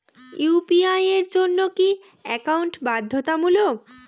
UPI এর জন্য কি একাউন্ট বাধ্যতামূলক?